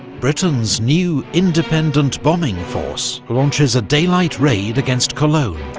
britain's new independent bombing force, launches a daylight raid against cologne.